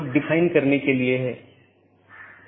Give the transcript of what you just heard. इसमें स्रोत या गंतव्य AS में ही रहते है